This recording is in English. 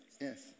Yes